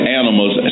animals